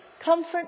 comfort